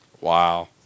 Wow